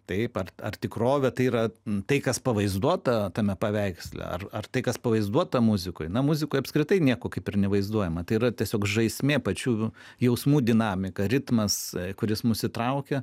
taip ar tikrovė tai yra tai kas pavaizduota tame paveiksle ar ar tai kas pavaizduota muzikoj na muzikoj apskritai nieko kaip ir nevaizduojama tai yra tiesiog žaismė pačių jausmų dinamika ritmas kuris mus įtraukia